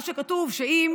מה שכתוב, שאם